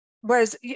Whereas